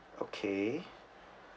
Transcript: okay